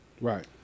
Right